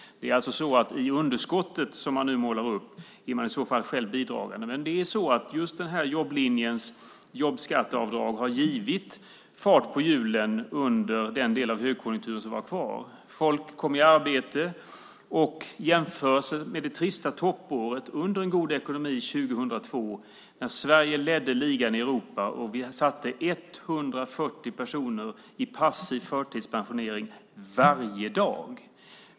Till det underskott som nu målas upp är man i så fall själv bidragande. Just denna jobblinjes jobbskatteavdrag satte fart på hjulen under den del av högkonjunkturen som var kvar. Folk kom i arbete. Det ska jämföras med det trista toppåret 2002, under en god ekonomi, då Sverige ledde ligan i Europa och satte 140 personer i passiv förtidspensionering varje dag.